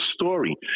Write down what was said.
story